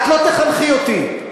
את לא תחנכי אותי.